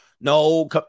no